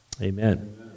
Amen